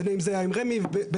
בין אם זה היה עם רשות מקרקעי ישראל,